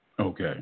Okay